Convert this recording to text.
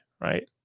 right